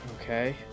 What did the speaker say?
okay